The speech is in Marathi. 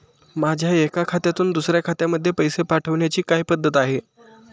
माझ्या एका खात्यातून दुसऱ्या खात्यामध्ये पैसे पाठवण्याची काय पद्धत आहे?